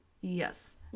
Yes